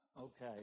okay